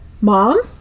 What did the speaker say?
Mom